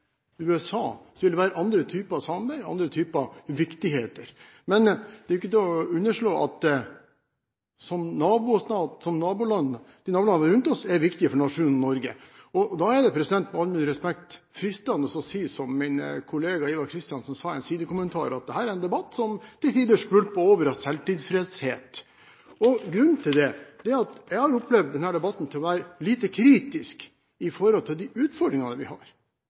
USA, vil det være andre typer samarbeid, andre typer viktigheter. Men det er ikke til å underslå at nabolandene rundt oss er viktige for nasjonen Norge. Da er det, med all mulig respekt, fristende å si som min kollega Ivar Kristiansen sa i en sidekommentar, at dette er en debatt som til tider skvulper over av selvtilfredshet. Grunnen til det er at jeg har opplevd denne debatten som å være lite kritisk med tanke på de utfordringene vi har.